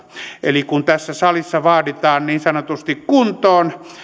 eli kun tässä salissa vaaditaan niin sanotusti kuntoon